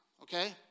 okay